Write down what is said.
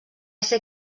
ser